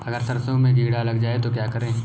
अगर सरसों में कीड़ा लग जाए तो क्या करें?